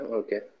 okay